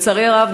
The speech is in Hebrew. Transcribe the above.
לצערי הרב,